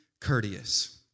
courteous